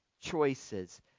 choices